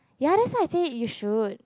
ya that's why I say you should